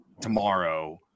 tomorrow